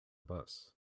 bus